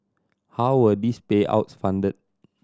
how were these payouts funded